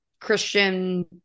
christian